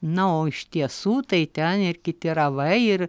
na o iš tiesų tai ten ir kiti ravai ir